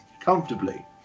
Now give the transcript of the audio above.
comfortably